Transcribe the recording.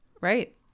right